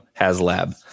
Haslab